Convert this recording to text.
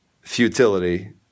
futility